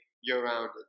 year-round